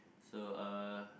so uh